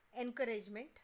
Encouragement